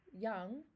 young